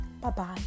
Bye-bye